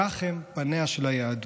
כך הם פניה של היהדות.